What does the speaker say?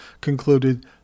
concluded